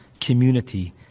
community